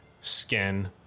skin